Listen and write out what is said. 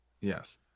Yes